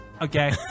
Okay